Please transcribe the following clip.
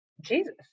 Jesus